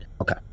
Okay